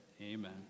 amen